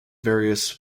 various